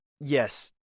Yes